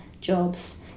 jobs